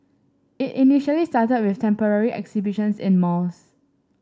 it initially started with temporary exhibitions in malls